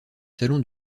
salon